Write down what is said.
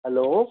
hello